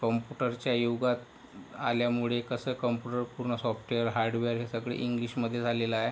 कॉम्प्युटरच्या युगात आल्यामुळे कसं कॉम्प्युटर पूर्ण सॉफ्टवेअर हार्डवेअर हे सगळं इंग्लिशमधे झालेलं आहे